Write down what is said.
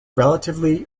relatively